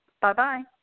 Bye-bye